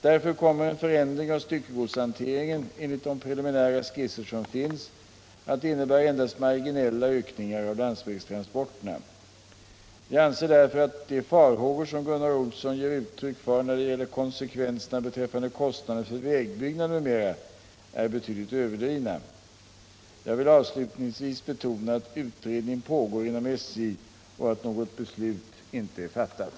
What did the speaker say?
Därför kommer en förändring av styckegodshanteringen, enligt de preliminära skisser som finns, att innebära endast marginella ökningar av landsvägstransporterna. Jag anser därför att de farhågor som Gunnar Olsson ger uttryck för när det gäller konsekvenserna beträffande kostnaden för vägbyggnad m.m. är betydligt överdrivna. Jag vill avslutningsvis betona att utredning pågår inom SJ och att något beslut inte är fattat.